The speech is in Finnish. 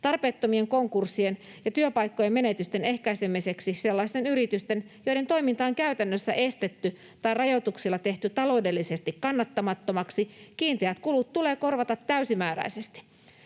Tarpeettomien konkurssien ja työpaikkojen menetysten ehkäisemiseksi sellaisten yritysten, joiden toiminta on käytännössä estetty tai rajoituksilla tehty taloudellisesti kannattamattomaksi, kiinteät kulut tulee korvata täysimääräisesti.